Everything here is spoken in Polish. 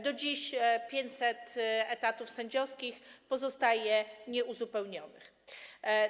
Do dziś 500 etatów sędziowskich pozostaje nieobsadzonych.